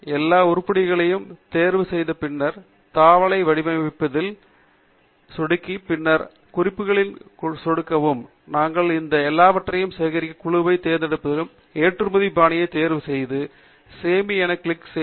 எல்லா உருப்படிகளையும் தேர்வு செய்த பின்னர் தாவலை வடிவமைப்பில் சொடுக்கி பின்னர் குறிப்புகளில் சொடுக்கவும் நாங்கள் இந்த எல்லாவற்றையும் சேகரித்த குழுவைத் தேர்ந்தெடுத்து ஏற்றுமதி பாணியை தேர்வு செய்து சேமி என்பதைக் கிளிக் செய்யவும்